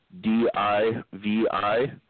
D-I-V-I